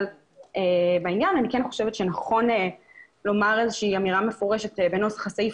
אני כן חושבת שנכון לומר איזושהי אמירה מפורשת בנוסח הסעיף